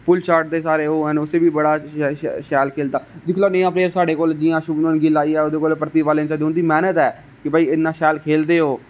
फुल्ल शार्ट दे सारे ओह ना ओह बी बड़ा शैल खेलदा दिक्खी लैओ नेहा प्लेयर साढ़े कोल जियां शुभमन गिल आई गेआ ओहदे कोल ओहदी मैहनत ऐ कि इन्ना शैल खेलदे ओह्